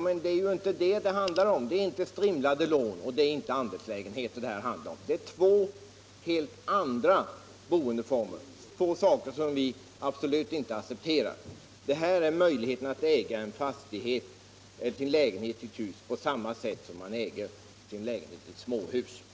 Men det är ju inte det som det handlar om. Det är inte strimlade lån och det är inte andelslägenheter det här gäller. Det är två helt andra boendeformer. Här gäller det möjligheten att äga sin lägenhet i ett hus på samma sätt som man äger sin lägenhet i ett småhus.